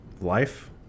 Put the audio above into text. life